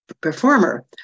Performer